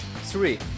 Three